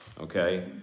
okay